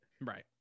Right